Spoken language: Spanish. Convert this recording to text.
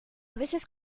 veces